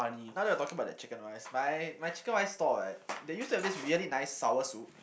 now that we're talking about chicken-rice my my chicken-rice stall right they used to have this very nice sour soup